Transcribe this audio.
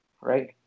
right